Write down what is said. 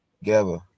together